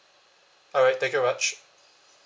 alright thank you very much